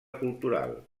cultural